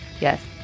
Yes